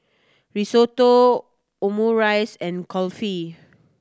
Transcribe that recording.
Risotto Omurice and Kulfi